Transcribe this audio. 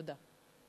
תודה.